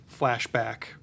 flashback